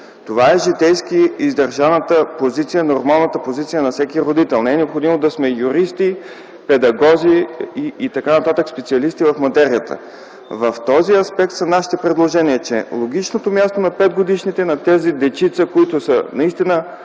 Това е житейски издържаната и нормалната позиция на всеки родител, не е необходимо да сме юристи, педагози и т.н. специалисти в материята. В този аспект са нашите предложения, че логичното място на 5-годишните, на тези дечица, които са наистина